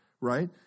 right